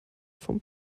vom